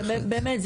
כי באמת,